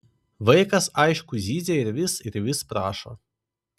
vaikas aišku zyzia ir vis ir vis prašo